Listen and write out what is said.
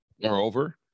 Moreover